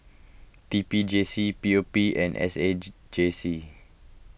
T P J C P O P and S age J C